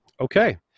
Okay